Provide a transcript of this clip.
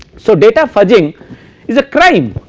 so data fudging is a crime